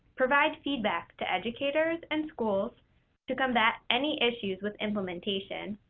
provide feedback to educators and schools to combat any issues with implementation